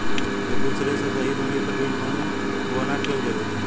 एक दूसरे से सही दूरी पर बीज बोना क्यों जरूरी है?